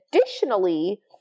additionally